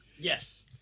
Yes